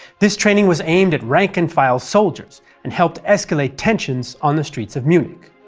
this training was aimed at rank and file soldiers, and helped escalate tensions on the streets of munich.